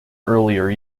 earlier